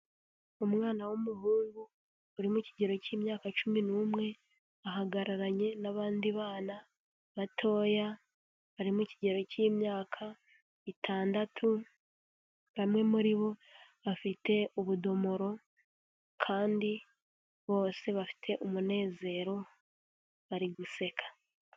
Umwana w'umuhungu uri mu ikigero cy'imyaka cumi n'umwe, ahagararanye n'abandi bana batoya barimo ikigero cy'imyaka itandatu, bamwe muri bo bafite ubudomoro kandi bose bafite umunezero, bari guseka.